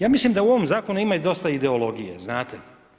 Ja mislim da u ovom zakonu ima i dosta ideologije, znate.